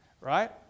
right